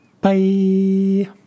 Bye